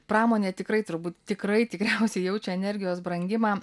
pramonė tikrai turbūt tikrai tikriausiai jaučia energijos brangimą